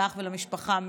לך ולמשפחה,